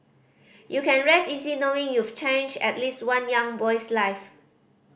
you can rest easy knowing you've changed at least one young boy's life